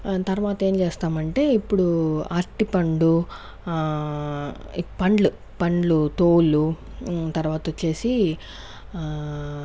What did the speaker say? తర్వాత ఏం చేస్తామంటే ఇప్పుడు అరటిపండు పండ్లు పండ్లు తోలు తర్వాత వచ్చేసి